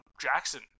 Jackson